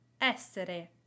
ESSERE